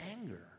anger